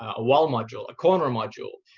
a wall module, a corner module,